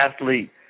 athlete